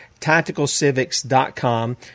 tacticalcivics.com